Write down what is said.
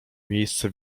miejsce